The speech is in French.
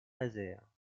nazaire